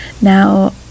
Now